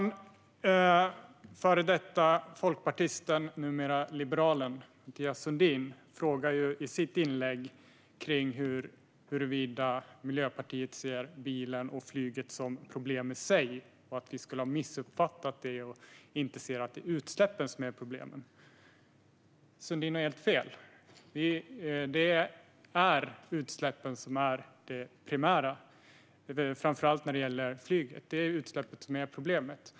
Den före detta folkpartisten, numera liberalen, Mathias Sundin frågade i sitt anförande om Miljöpartiet ser bilen och flyget som problem i sig. Han menade att vi skulle ha missuppfattat saken och inte ser att det är utsläppen som är problemet. Sundin har helt fel. Det är utsläppen som är det primära och som är problemet, framför allt när det gäller flyget.